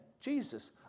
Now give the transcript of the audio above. Jesus